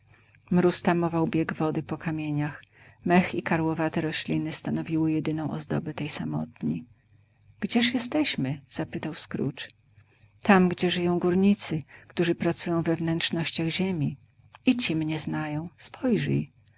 mróz tamował bieg wody po kamieniach mech i karłowate rośliny stanowiły jedyną ozdobę tej samotni gdzież jesteśmy zapytał scrooge tam gdzie żyją górnicy którzy pracują we wnętrznościach ziemi i ci mnie znają spojrzyj